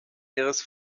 ihres